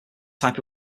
type